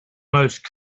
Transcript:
most